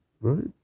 right